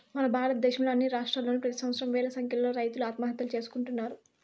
మన భారతదేశంలో అన్ని రాష్ట్రాల్లోనూ ప్రెతి సంవత్సరం వేల సంఖ్యలో రైతులు ఆత్మహత్యలు చేసుకుంటున్నారు